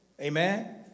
Amen